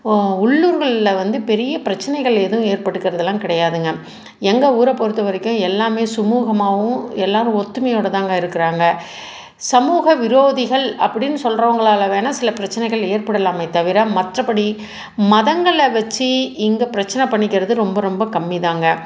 உள்ளூர்கள்ல வந்து பெரிய பிரச்சனைகள் எதும் ஏற்பட்டுக்கிறதெல்லாம் கிடையாதுங்க எங்க ஊரை பொருத்த வரைக்கும் எல்லாமே சுமுகமாகவும் எல்லாரும் ஒற்றுமையோடுதாங்க இருக்குறாங்க சமூக விரோதிகள் அப்படின்னு சொல்கிறவங்களால வேணா சில பிரச்சனைகள் ஏற்படலாமே தவிர மற்றப்படி மதங்களை வச்சு இங்கே பிரச்சனை பண்ணிக்கிறது ரொம்ப ரொம்ப கம்மிதாங்க